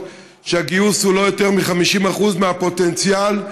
שהגיוס הוא לא יותר מ-50% מהפוטנציאל,